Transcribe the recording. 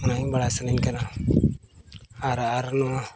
ᱚᱱᱟ ᱤᱧ ᱵᱟᱲᱟᱭ ᱥᱟᱱᱟᱧ ᱠᱟᱱᱟ ᱟᱨ ᱟᱨ ᱱᱚᱣᱟ